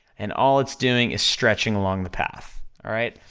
and all it's doing is stretching along the path, alright?